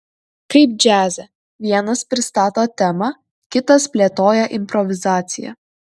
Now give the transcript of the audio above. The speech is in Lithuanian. kaip džiaze vienas pristato temą kitas plėtoja improvizaciją